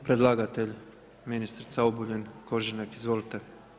Predlagatelj ministrica Obuljen Koržinek izvolite.